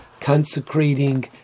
Consecrating